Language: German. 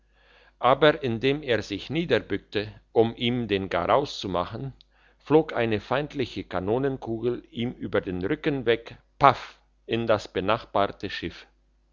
aber indem er sich niederbückte um ihm den garaus zu machen flog eine feindliche kanonenkugel ihm über den rücken weg paff in das benachbarte schiff